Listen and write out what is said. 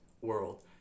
world